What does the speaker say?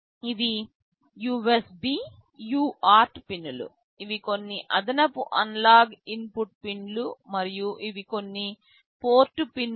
ఇవి USB UART పిన్లు ఇవి కొన్ని అదనపు అనలాగ్ ఇన్పుట్ పిన్లు మరియు ఇవి కొన్ని పోర్ట్ పిన్లు